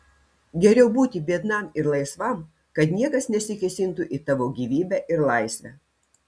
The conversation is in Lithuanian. geriau būti biednam ir laisvam kad niekas nesikėsintų į tavo gyvybę ir laisvę